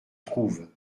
trouve